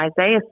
Isaiah